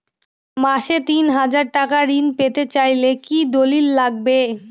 মাসে তিন হাজার টাকা ঋণ পেতে চাইলে কি দলিল লাগবে?